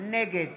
נגד